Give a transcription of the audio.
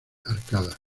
arcada